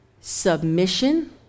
submission